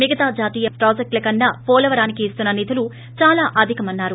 మిగతా జాతీయ ప్రాజెక్టుల కన్నా పోలవరానికి ఇస్తున్న నిధులు దాలా అధికమని చెప్పారు